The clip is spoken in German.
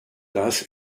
das